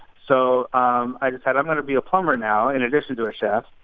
so um i just said, i'm going to be a plumber now, in addition to a chef,